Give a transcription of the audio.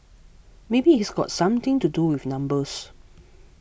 maybe it's got something to do with numbers